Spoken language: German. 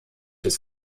des